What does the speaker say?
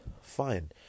Fine